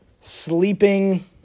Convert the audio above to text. sleeping